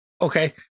Okay